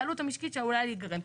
ועלות המשקית שעלולה להיגרם".